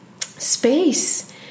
space